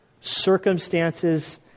circumstances